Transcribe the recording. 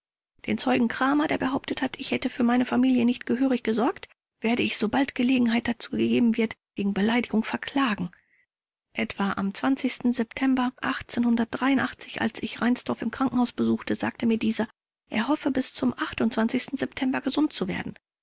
den zeugen kramer der behauptet hat ich hätte für meine familie nicht gehörig gesorgt werde ich sobald gelegenheit dazu gegeben wird wegen beleidigung verklagen etwa am september als ich reinsdorf im krankenhaus besuchte sagte mir dieser er hoffe bis zum september gesund zu werden